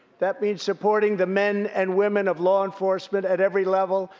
that means supporting the men and women of law enforcement at every level,